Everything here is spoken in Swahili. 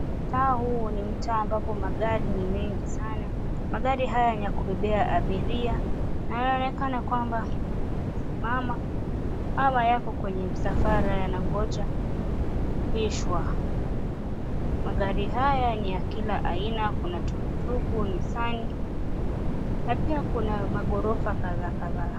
Mtaa huu ni mtaa ambapo magari ni mengi saana. Magari haya ni ya kubebea abiria yanaonekana kwamba yamesimama ama yako kwenye msafara yanangonja kupishwa. Magari haya ni ya kila aina kuna tukutuku, nisani na pia kuna maghorofa kadhaa kadhaa.